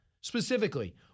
specifically